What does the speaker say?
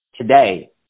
today